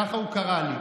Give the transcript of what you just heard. ככה הוא קרא לי.